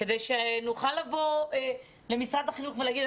כדי שנוכל לבוא למשרד החינוך ולהגיד,